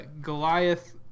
Goliath